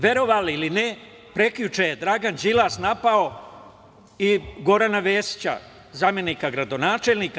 Verovali ili ne, prekjuče je Dragan Đilas napao i Gorana Vesića, zamenika gradonačelnika.